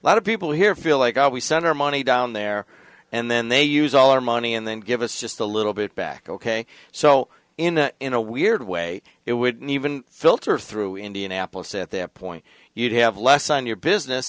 a lot of people here feel like i we send our money down there and then they use all our money and then give us just a little bit back ok so in a in a weird way it would even filter through indianapolis at that point you'd have less on your business